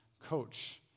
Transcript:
Coach